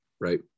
right